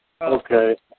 Okay